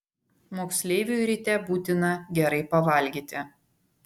moksleiviui ryte būtina gerai pavalgyti